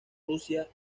rusia